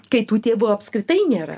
kai tų tėvų apskritai nėra